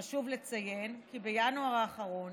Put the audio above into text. חשוב לציין כי בינואר האחרון